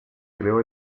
creó